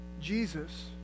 Jesus